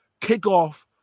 kickoff